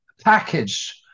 package